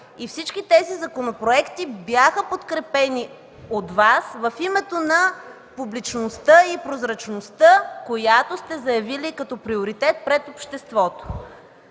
Всички тези законопроекти бяха подкрепени от Вас в името на публичността и прозрачността, която сте заявили като приоритет пред обществото.